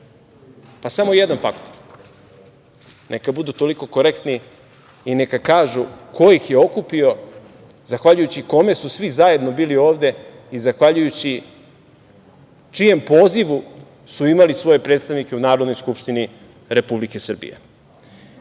Pa samo jedan faktor, neka budu toliko korektni i neka kažu ko ih je okupio, zahvaljujući kome su svi zajedno bili ovde i zahvaljujući čijem pozivu su imali svoje predstavnike u Narodnoj skupštini Republike